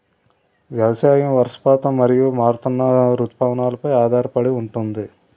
వ్యవసాయం వర్షపాతం మరియు మారుతున్న రుతువులపై ఆధారపడి ఉంటుంది